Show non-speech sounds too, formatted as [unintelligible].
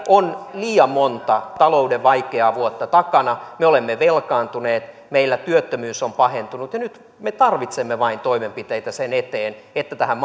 on liian monta talouden vaikeaa vuotta takana me olemme velkaantuneet meillä työttömyys on pahentunut ja nyt me tarvitsemme vain toimenpiteitä sen eteen että tähän [unintelligible]